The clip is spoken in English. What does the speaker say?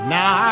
Now